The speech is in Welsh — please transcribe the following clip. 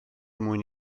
mwyn